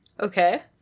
Okay